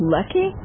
Lucky